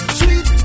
sweet